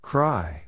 Cry